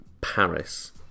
Paris